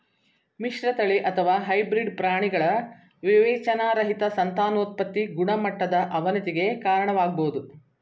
ಮಿಶ್ರತಳಿ ಅಥವಾ ಹೈಬ್ರಿಡ್ ಪ್ರಾಣಿಗಳ ವಿವೇಚನಾರಹಿತ ಸಂತಾನೋತ್ಪತಿ ಗುಣಮಟ್ಟದ ಅವನತಿಗೆ ಕಾರಣವಾಗ್ಬೋದು